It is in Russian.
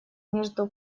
между